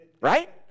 Right